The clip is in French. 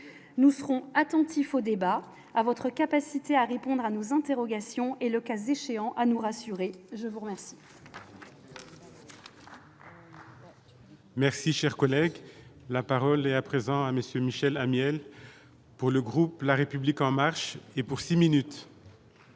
nous serons attentifs aux débats à votre capacité à répondre à nos interrogations et, le cas échéant à nous rassurer, je vous remercie. Merci, cher collègue, la parole est à présent Monsieur Michel Amiel pour le groupe, la République en marche et pour 6 minutes.